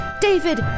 David